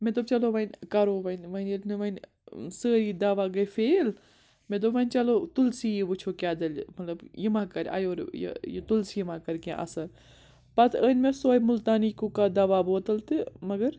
مےٚ دوٚپ چلو وۄنۍ کَرو وۄنۍ وۄنۍ ییٚلہِ نہٕ وۄنۍ سٲری دَوا گٔے فیل مےٚ دوٚپ وۄنۍ چلو تُلسی یی وٕچھو کیٛاہ دٔلہِ مطلب یہِ ما کَرِ اَیُر یہِ تُلسی ما کَرِ کیٚنٛہہ اَثر پَتہٕ أنۍ مےٚ سۄے مُلتانی کُکا دَوا بوتل تہٕ مگر